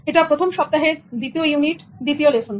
এইটা প্রথম সপ্তাহের দ্বিতীয় ইউনিট দ্বিতীয় লেসন্